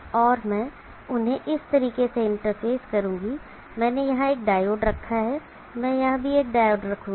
और मैं उन्हें इस तरीके से इंटरफेस करूंगा मैंने यहां एक डायोड रखा है मैं यहां भी एक डायोड रखूंगा